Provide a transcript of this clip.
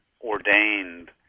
ordained